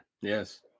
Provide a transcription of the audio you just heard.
Yes